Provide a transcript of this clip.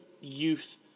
youth